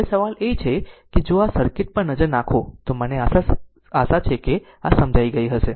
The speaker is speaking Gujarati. હવે સવાલ એ છે કે જો આ સર્કિટ પર નજર નાખો તો મને આશા છે કે આ સમજી ગઈ હશે